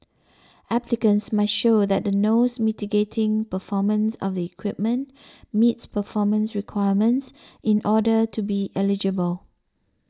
applicants must show that the nose mitigating performance of the equipment meets performance requirements in order to be eligible